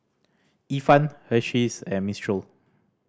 Ifan Hersheys and Mistral